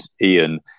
Ian